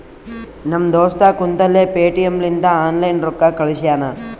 ನಮ್ ದೋಸ್ತ ಕುಂತಲ್ಲೇ ಪೇಟಿಎಂ ಲಿಂತ ಆನ್ಲೈನ್ ರೊಕ್ಕಾ ಕಳ್ಶ್ಯಾನ